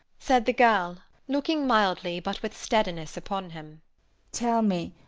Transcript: said the girl, looking mildly, but with steadiness, upon him tell me,